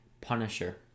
Punisher